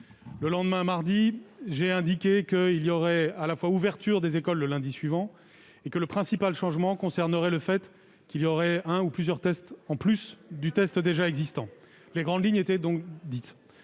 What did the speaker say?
Le lendemain, mardi, j'ai indiqué que les écoles seraient ouvertes le lundi suivant et que le principal changement concernerait le fait qu'il y aurait un ou plusieurs tests en plus de celui déjà existant. Les grandes lignes étaient donc